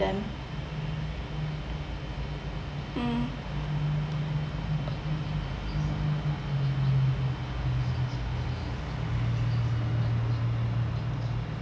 them mm